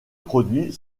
produits